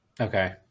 okay